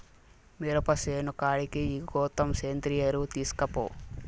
మిరప సేను కాడికి ఈ గోతం సేంద్రియ ఎరువు తీస్కపో